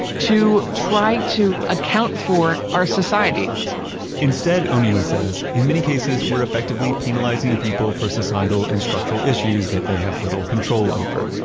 to try to account for our society instead, o'neil says, in many cases, we're effectively penalizing people for societal and structural issues that they have little control over.